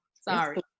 sorry